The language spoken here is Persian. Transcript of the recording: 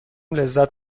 لذت